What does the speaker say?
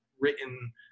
written